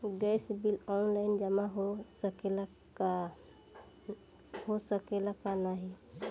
Gas bill online जमा हो सकेला का नाहीं?